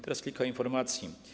Teraz kilka informacji.